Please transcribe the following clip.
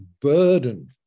burden